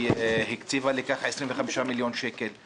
והקציבה לכך 25 מיליון שקל.